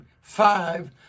five